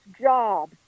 job